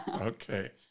Okay